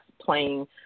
playing